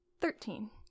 Thirteen